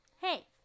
hey